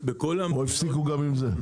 או הפסיקו גם עם זה?